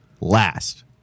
last